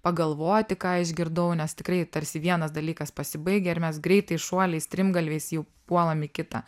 pagalvoti ką išgirdau nes tikrai tarsi vienas dalykas pasibaigia ir mes greitai šuoliais strimgalviais jau puolam į kitą